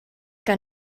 que